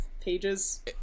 pages